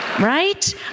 Right